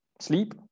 sleep